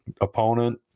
opponent